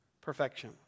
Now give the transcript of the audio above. perfection